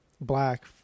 Black